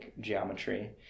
geometry